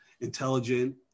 intelligent